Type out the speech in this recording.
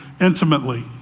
intimately